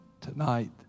tonight